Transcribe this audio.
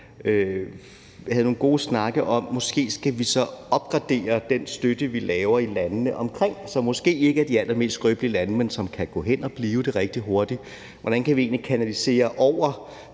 var der nogle gode snakke om, at vi måske så skal opgradere den støtte, vi yder i landene omkring, som måske ikke er de allermest skrøbelige lande, men som kan gå hen og blive det rigtig hurtigt, og om, hvordan vi egentlig kan kanalisere